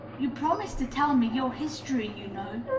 you promised to tell me your history, you know,